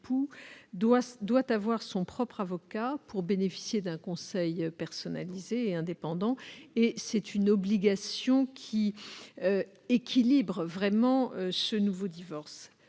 doit avoir son propre avocat pour bénéficier d'un conseil personnalisé et indépendant. L'obligation ainsi créée équilibre vraiment ce nouveau divorce.